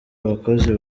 abakozi